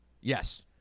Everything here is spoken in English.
Yes